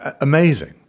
amazing